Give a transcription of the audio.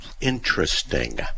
interesting